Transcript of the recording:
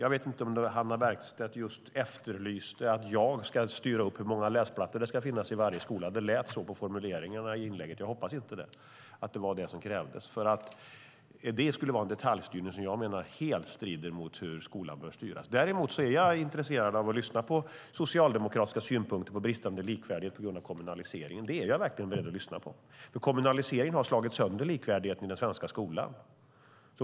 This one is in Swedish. Jag vet inte om Hannah Bergstedt efterlyste att jag ska styra upp hur många läsplattor det ska finnas i varje skola - det lät så på formuleringarna i inlägget. Men jag hoppas inte att det var det som krävdes. Det skulle nämligen vara en detaljstyrning som jag menar helt strider mot hur skolan bör styras. Däremot är jag intresserad av att lyssna på socialdemokratiska synpunkter på bristande likvärdighet på grund av kommunaliseringen - det är jag verkligen beredd att lyssna på, för kommunaliseringen har slagit sönder likvärdigheten i den svenska skolan.